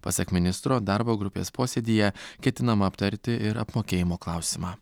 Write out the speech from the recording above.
pasak ministro darbo grupės posėdyje ketinama aptarti ir apmokėjimo klausimą